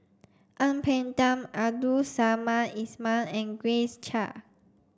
Ang Peng Tiam Abdul Samad Ismail and Grace Chia